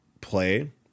play